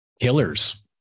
killers